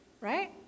right